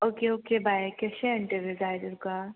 okay okay bye केशें interview जाय तुका